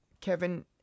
Kevin